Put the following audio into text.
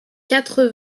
quatre